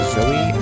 Zoe